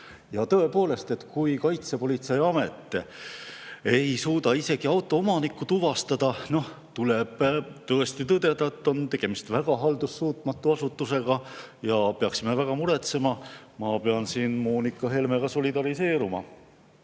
Tõepoolest, kui Kaitsepolitseiamet ei suuda isegi auto omanikku tuvastada, siis tuleb tõdeda, et on tegemist väga haldussuutmatu asutusega ja me peaksime väga muretsema. Ma pean siin Moonika Helmega solidariseeruma.